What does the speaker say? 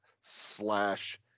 slash